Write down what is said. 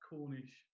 Cornish